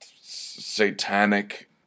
satanic